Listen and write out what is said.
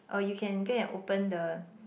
or you can go and open the